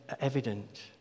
evident